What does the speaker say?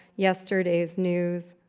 yesterday's news.